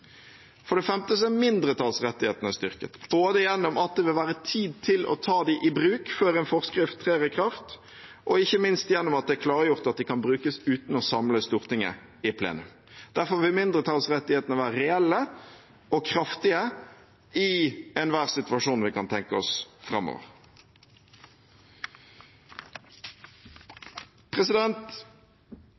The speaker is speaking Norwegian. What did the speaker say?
For det femte er mindretallsrettighetene styrket, både gjennom at det vil være tid til å ta dem i bruk før en forskrift trer i kraft, og ikke minst gjennom at det er klargjort at de kan brukes uten å samle Stortinget i plenum. Derfor vil mindretallsrettighetene være reelle og kraftige i enhver situasjon vi kan tenke oss framover.